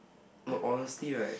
no honestly right